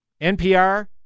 NPR